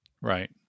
Right